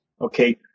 okay